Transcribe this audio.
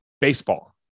Baseball